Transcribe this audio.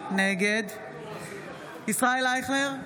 נגד ישראל אייכלר,